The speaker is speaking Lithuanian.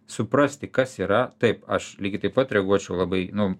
suprasti kas yra taip aš lygiai taip pat reaguočiau labai nu